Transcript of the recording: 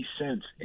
cents